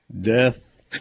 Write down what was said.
Death